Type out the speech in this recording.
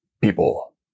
people